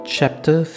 Chapter